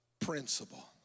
principle